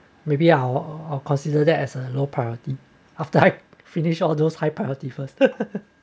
maybe I'll I'll consider that as a low priority after I finish all those high priority first